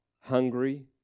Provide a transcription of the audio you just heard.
hungry